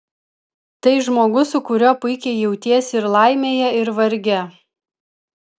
tai žmogus su kuriuo puikiai jautiesi ir laimėje ir varge